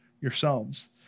yourselves